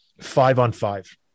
five-on-five